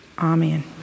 Amen